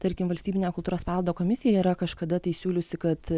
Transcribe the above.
tarkim valstybinė kultūros paveldo komisija yra kažkada tai siūliusi kad